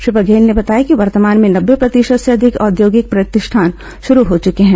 श्री बघेल ने बताया कि वर्तमान में नब्बे प्रतिशत से अधिक औद्योगिक प्रतिष्ठान शुरू हो चुके हैं